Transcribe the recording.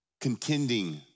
contending